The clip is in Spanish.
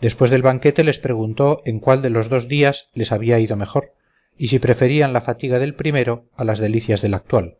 después del banquete les preguntó en cuál de los dos días les había ido mejor y si preferían la fatiga del primero a las delicias del actual